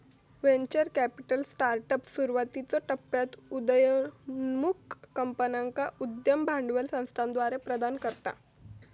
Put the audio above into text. venture capital startups, सुरुवातीच्यो टप्प्यात उदयोन्मुख कंपन्यांका उद्यम भांडवल संस्थाद्वारा प्रदान करता